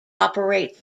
operates